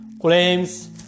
Claims